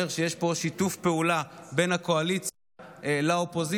זה אומר שיש פה שיתוף פעולה בין הקואליציה לאופוזיציה,